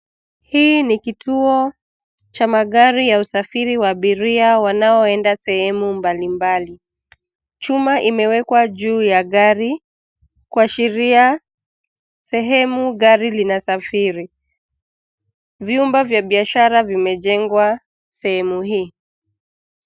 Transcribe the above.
Hii ni kituo cha magari ya usafiri wa abiria wanaoenda sehemu mbalimbali. Chuma imewekwa juu ya gari kuashiria sehemu gari zinasafiri. Vyumba vya biashara vimejengwa sehemu hii.